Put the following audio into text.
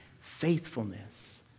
faithfulness